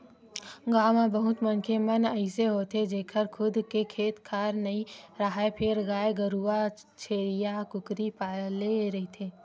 गाँव म बहुत मनखे मन अइसे होथे जेखर खुद के खेत खार नइ राहय फेर गाय गरूवा छेरीया, कुकरी पाले रहिथे